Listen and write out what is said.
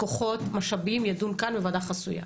כוחות, משאבים, ידון כאן בוועדה חסויה.